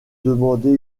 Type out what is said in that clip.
demander